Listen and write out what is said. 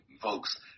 folks